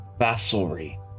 vassalry